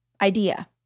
idea